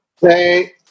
Hey